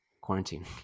quarantine